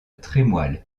trémoille